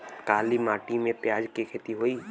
काली माटी में प्याज के खेती होई?